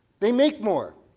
they make more.